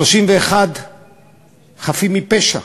31 חפים מפשע.